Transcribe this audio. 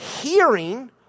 hearing